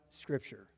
scripture